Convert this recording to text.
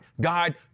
God